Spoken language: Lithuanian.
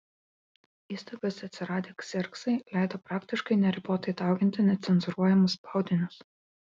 įstaigose atsiradę kserksai leido praktiškai neribotai dauginti necenzūruojamus spaudinius